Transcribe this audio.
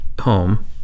home